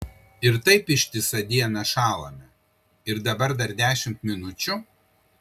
ir taip ištisą dieną šąlame ir dabar dar dešimt minučių